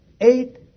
eight